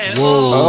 Whoa